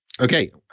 Okay